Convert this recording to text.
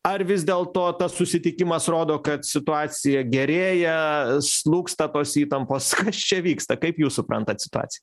ar vis dėlto tas susitikimas rodo kad situacija gerėja slūgsta tos įtampos kas čia vyksta kaip jūs suprantat situaciją